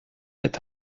est